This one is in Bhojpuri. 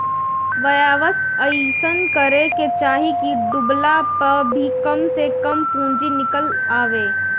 व्यवसाय अइसन करे के चाही की डूबला पअ भी कम से कम पूंजी निकल आवे